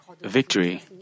victory